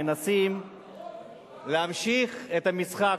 מנסים להמשיך את המשחק,